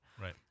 Right